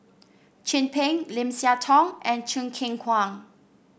Chin Peng Lim Siah Tong and Choo Keng Kwang